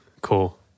Cool